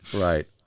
Right